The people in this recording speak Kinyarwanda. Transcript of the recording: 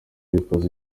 records